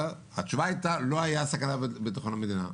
התשובה הייתה לא הייתה סכנה לביטחון המדינה.